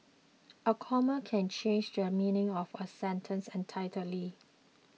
a comma can change the meaning of a sentence entirely